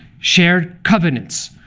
shared covenants,